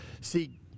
see